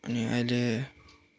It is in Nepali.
अनि अहिले